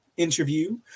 interview